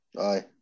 Aye